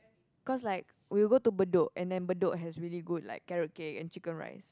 cause like we will go to Bedok and then Bedok has really good like carrot cake and chicken rice